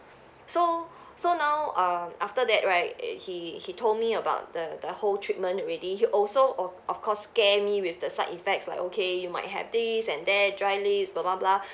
so so now err after that right he he told me about the the whole treatment already he also o~ of course scare me with the side effects like okay you might have this and that dry lips blah blah blah